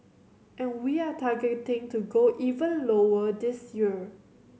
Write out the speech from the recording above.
and we are targeting to go even lower this year